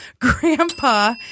Grandpa